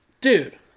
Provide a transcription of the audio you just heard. Dude